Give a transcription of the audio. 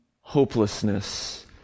hopelessness